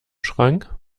schrank